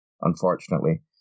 unfortunately